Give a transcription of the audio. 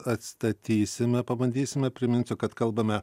atstatysime pabandysime priminsiu kad kalbame